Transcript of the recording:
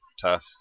tough